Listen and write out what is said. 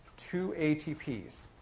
two atps.